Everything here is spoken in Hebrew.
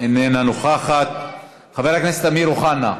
איננה נוכחת, חבר הכנסת אמיר אוחנה,